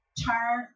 turn